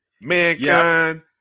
Mankind